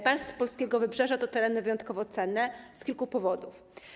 Pas polskiego wybrzeża to tereny wyjątkowo cenne z kilku powodów.